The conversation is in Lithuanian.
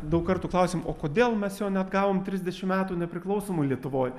daug kartų klausėm o kodėl mes jo neatgavom trisdešim metų nepriklausomoj lietuvoj